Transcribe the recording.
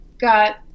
got